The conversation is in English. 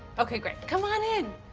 okay, great. come on in!